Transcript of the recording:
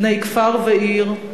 בני כפר ועיר,